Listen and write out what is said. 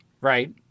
Right